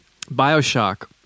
Bioshock